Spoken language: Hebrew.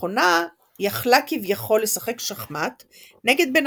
המכונה יכלה כביכול לשחק שחמט נגד בן